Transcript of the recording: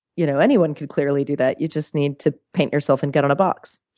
you know anyone could clearly do that. you just need to paint yourself and get on a box.